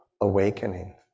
awakening